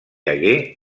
hagué